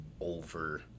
over